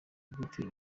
gute